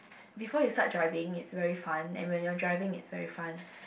before you start driving it's very fun and when you're driving it's very fun